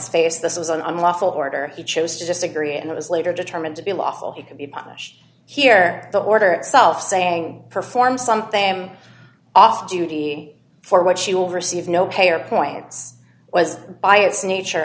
face this was an unlawful order he chose to disagree and it was later determined to be lawful he could be punished here the order itself saying perform something off duty for what she will receive no pay or points was by its nature